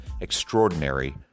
extraordinary